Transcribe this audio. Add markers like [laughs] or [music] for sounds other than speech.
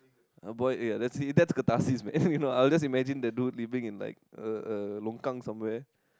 oh boy ya that's that's catharsis man [laughs] you know I will just imagine living in like a a longkang somewhere